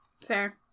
Fair